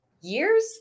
years